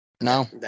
No